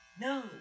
No